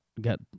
got